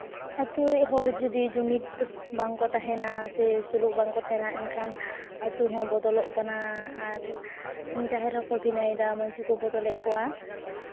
ᱟᱛᱳ ᱨᱮ ᱦᱚᱲ ᱡᱩᱫᱤ ᱡᱩᱢᱤᱫ ᱵᱟᱝᱠᱚ ᱛᱟᱦᱮᱱᱟ ᱥᱮ ᱥᱩᱞᱩᱠ ᱠᱚ ᱵᱟᱝᱠᱚ ᱛᱟᱦᱮᱱᱟ ᱮᱱᱠᱷᱟᱱ ᱟᱛᱳ ᱦᱚᱸ ᱵᱚᱫᱚᱞᱚᱜ ᱠᱟᱱᱟ ᱟᱨ ᱡᱟᱦᱮᱨ ᱦᱚᱸᱠᱚ ᱵᱷᱤᱱᱟᱹᱭ ᱮᱫᱟ ᱢᱟᱹᱡᱷᱤ ᱠᱚ ᱵᱚᱫᱚᱞᱮᱜ ᱠᱚᱣᱟ